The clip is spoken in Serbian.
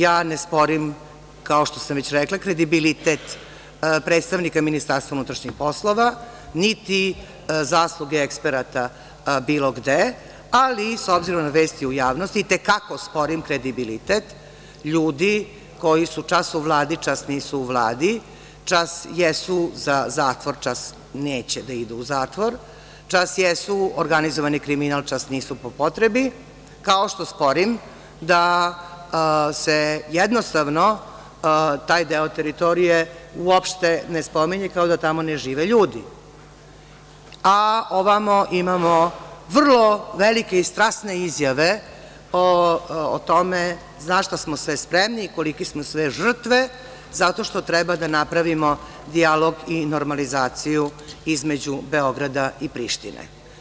Ja ne sporim, kao što sam već rekla, kredibilitet predstavnika MUP, niti zasluge eksperata bilo gde, ali s obzirom na vesti u javnosti i te kako sporim kredibilitet ljudi koji su čas u Vladi, čas nisu u Vladi, čas jesu za zatvor, čas neće da idu u zatvor, čas jesu organizovani kriminal, čas nisu po potrebi, kao što sporim da se jednostavno taj deo teritorije uopšte ne spominje kao da tako ne žive ljudi, a ovamo imamo vrlo velike i strasne izjave o tome zašta smo sve spremni i kolike smo sve žrtve, zato što treba da napravimo dijalog i normalizaciju između Beograda i Prištine.